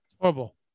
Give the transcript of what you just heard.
Horrible